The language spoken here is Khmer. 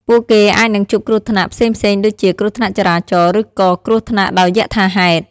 ពួកគេអាចនឹងជួបគ្រោះថ្នាក់ផ្សេងៗដូចជា គ្រោះថ្នាក់ចរាចរណ៍ ឬក៏គ្រោះថ្នាក់ដោយយថាហេតុ។